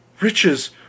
Riches